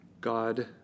God